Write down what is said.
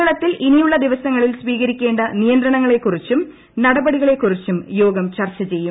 കേരളത്തിൽ ഇനിയുളള ദിവസങ്ങളിൽ സ്വീകരിക്കേണ്ട നിയന്ത്രണങ്ങളെ കുറിച്ചും നടപടികളെ കുറിച്ചും യോഗം ചർച്ച ചെയ്യും